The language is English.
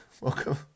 Welcome